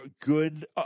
good